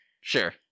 sure